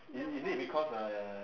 is it is it because I uh